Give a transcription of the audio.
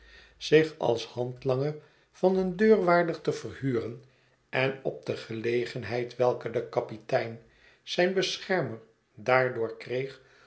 zich als handlanger van een deurwaarder te verhuren en op de gelegenheid welke de kapitein zijn beschermer daardoor kreeg